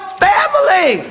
family